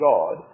God